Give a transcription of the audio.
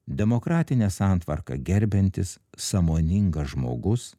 demokratinę santvarką gerbiantis sąmoningas žmogus